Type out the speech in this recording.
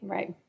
Right